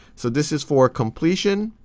so this is for completion,